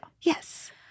Yes